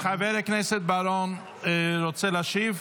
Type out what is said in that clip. חבר הכנסת בוארון רוצה להשיב?